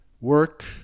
work